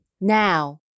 now